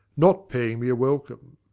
not paying me a welcome.